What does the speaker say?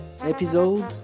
episode